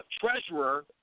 treasurer